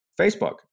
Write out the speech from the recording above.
Facebook